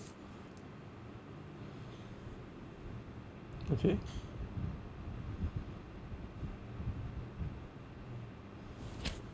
okay